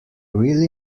really